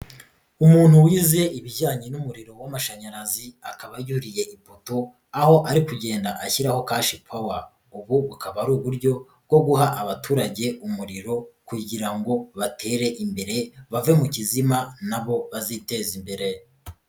Umuntu wize ibijyanye n'umuriro w'amashanyarazi akaba yuriye ipoto aho ari kugenda ashyiraho kashipawa, ubu akaba ari uburyo bwo guha abaturage umuriro kugira ngo batere imbere bave mu kizima na bo baziteze imbere.